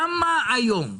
למה היום?